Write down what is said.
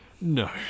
No